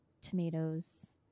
tomatoes